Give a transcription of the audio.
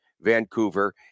Vancouver